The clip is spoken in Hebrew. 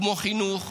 כמו חינוך,